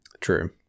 True